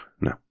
No